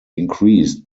increased